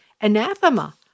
anathema